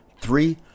Three